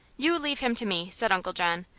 you leave him to me, said uncle john.